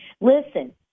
Listen